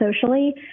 socially